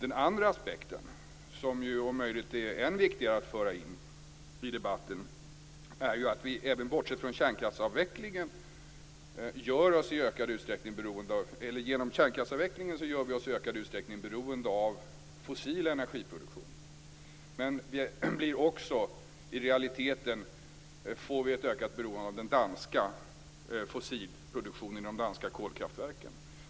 En annan aspekt, som om möjligt är än viktigare att föra in i debatten, är att vi genom kärnkraftsavvecklingen gör oss i större utsträckning beroende av fossil energiproduktion. I realiteten får vi då ett ökat beroende av den danska fossilproduktionen i de danska kolkraftverken.